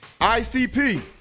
ICP